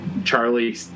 Charlie